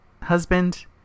husband